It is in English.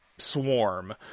swarm